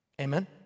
amen